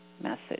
message